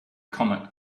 comet